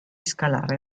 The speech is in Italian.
scalare